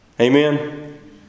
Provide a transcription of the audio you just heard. Amen